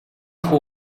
хүү